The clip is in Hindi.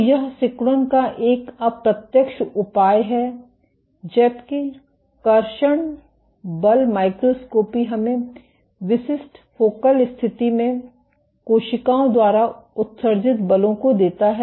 तो यह सिकुड़न का एक अप्रत्यक्ष उपाय है जबकि कर्षण बल माइक्रोस्कोपी हमें विशिष्ट फोकल स्थिति में कोशिकाओं द्वारा उत्सर्जित बलों को देता है